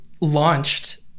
launched